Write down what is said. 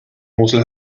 mosel